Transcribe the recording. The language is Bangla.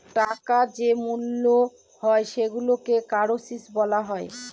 টাকার যে মূল্য হয় সেইগুলোকে কারেন্সি বলা হয়